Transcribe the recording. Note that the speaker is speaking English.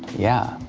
yeah.